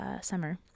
summer